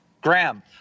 Graham